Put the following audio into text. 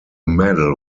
medal